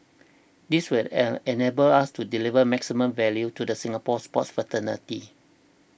this will a enable us to deliver maximum value to the Singapore sports fraternity